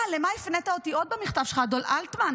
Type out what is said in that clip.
אה, למה הפנית אותי עוד במכתב שלך, אדון אלטמן?